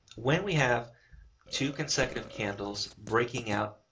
when we have two consecutive candles breaking out,